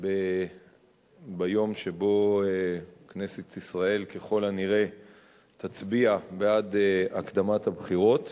ביום שבו כנסת ישראל ככל הנראה תצביע בעד הקדמת הבחירות.